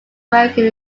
american